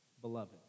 beloved